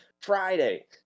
friday